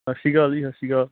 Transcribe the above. ਸਤਿ ਸ਼੍ਰੀ ਅਕਾਲ ਜੀ ਸਤਿ ਸ਼੍ਰੀ ਅਕਾਲ